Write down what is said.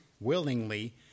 willingly